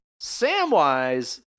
Samwise